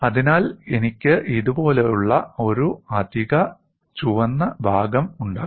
അതിനാൽ എനിക്ക് ഇതുപോലുള്ള ഒരു അധിക ചുവന്ന ഭാഗം ഉണ്ടാകും